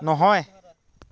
নহয়